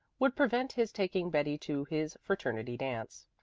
would prevent his taking betty to his fraternity dance.